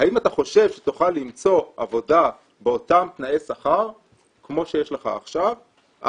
האם אתה חושב שתוכל למצוא עבודה באותם תנאי שכר כמו שיש לך עכשיו?',